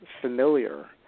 familiar